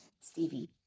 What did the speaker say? Stevie